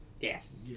Yes